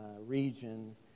region